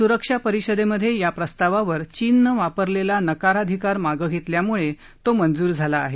स्रक्षा परिषदेमधे या प्रस्तावावर चीननं वापरलेला नकाराधिकार मागं घेतल्याम्ळं तो मंजूर झाला आहे